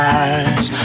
eyes